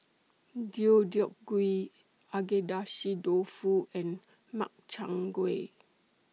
Deodeok Gui Agedashi Dofu and Makchang Gui